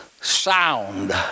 sound